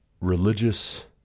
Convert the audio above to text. religious